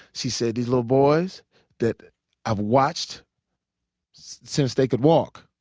she said, these little boys that i've watched since they could walk,